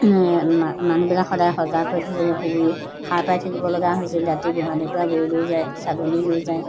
মা মানুহবিলাক সদায় সজাগ হৈ থাকিব লাগিব শুই সাৰ পাই থাকিবলগীয়া হৈছিল ৰাতি গোহালিৰ পৰা গৰু লৈ যায় ছাগলী লৈ যায়